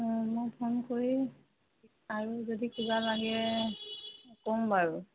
অঁ মই ফোন কৰিম আৰু যদি কিবা লাগে ক'ম বাৰু